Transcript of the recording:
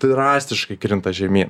drastiškai krinta žemy